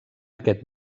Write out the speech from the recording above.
aquest